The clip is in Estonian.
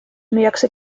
müüakse